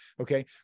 Okay